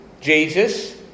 Jesus